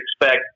expect